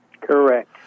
Correct